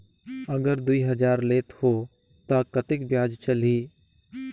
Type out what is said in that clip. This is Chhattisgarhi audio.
अगर दुई हजार लेत हो ता कतेक ब्याज चलही?